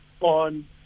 on